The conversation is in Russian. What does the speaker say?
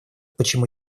почему